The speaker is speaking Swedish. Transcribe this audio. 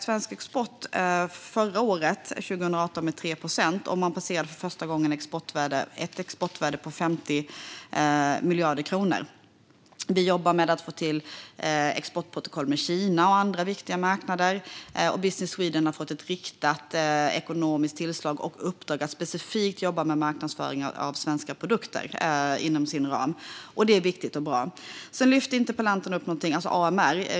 Svensk export ökade förra året, 2018, med 3 procent, och för första gången passerades ett exportvärde på 50 miljarder kronor. Vi jobbar med att få till exportprotokoll med Kina och andra viktiga marknader, och Business Sweden har fått ett riktat ekonomiskt påslag och uppdrag att specifikt jobba med marknadsföring av svenska produkter. Det är viktigt och bra. Sedan lyfte interpellanten upp AMR.